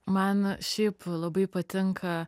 man šiaip labai patinka